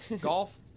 Golf